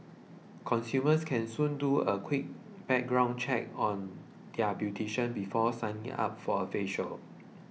consumers can soon do a quick background check on their beautician before signing up for a facial